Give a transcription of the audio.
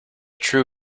true